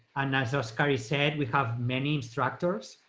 and so oskari said, we have many instructors.